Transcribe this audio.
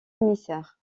émissaire